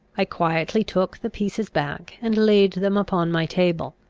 i quietly took the pieces back, and laid them upon my table.